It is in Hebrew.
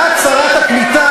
שיירשם בפרוטוקול,